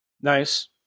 Nice